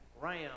ram